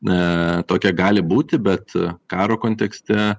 na tokia gali būti bet karo kontekste